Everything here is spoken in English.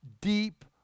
deep